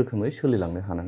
रोखोमै सोलिलांनो हानांगोन